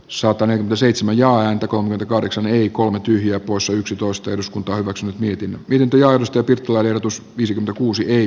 sotaonnen seitsemän ja antakoon kahdeksan eli kolme tyhjää poissa yksitoista eduskunta hyväksyi mietin miten työllistetyt lahjoitus viisi kuusi eri